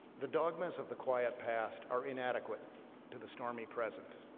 the dogmas of the quiet past are inadequate to the stormy present,